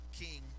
king